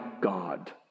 God